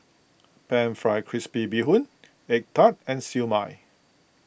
Pan Fried Crispy Bee Hoon Egg Tart and Siew Mai